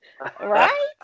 Right